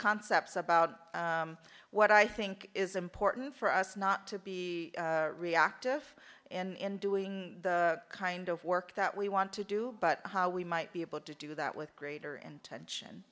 concepts about what i think is important for us not to be reactive and in doing the kind of work that we want to do but how we might be able to do that with greater intention